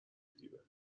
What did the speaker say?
دیره